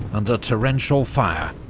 under torrential fire,